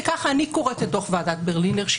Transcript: וככה אני קוראת את דוח ועדת ברלינר,